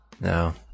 No